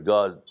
God